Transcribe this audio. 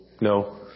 No